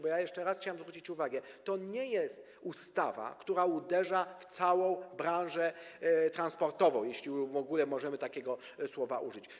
Bo jeszcze raz chciałem zwrócić uwagę na to, że to nie jest ustawa, która uderza w całą branżę transportową, jeśli w ogóle możemy takiego słowa użyć.